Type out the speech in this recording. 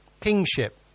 kingship